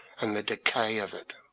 and the decay of it,